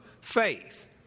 faith